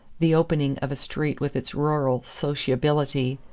the opening of a street with its rural sociability,